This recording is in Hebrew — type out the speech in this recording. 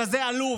כזה עלוב.